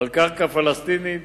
על קרקע פלסטינית,